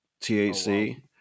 THC